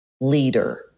leader